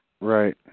right